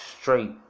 straight